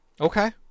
Okay